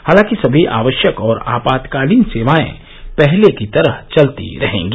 हालांकि सभी आवश्यक और आपातकालीन सेवाएं पहले की तरह चलती रहेंगी